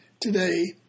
today